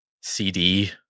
CD